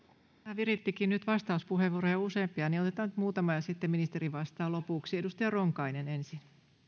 virittikin nyt useampia vastauspuheenvuoroja otetaan nyt muutama ja sitten ministeri vastaa lopuksi edustaja ronkainen ensin